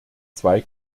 zwei